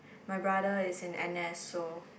my brother is in N_S so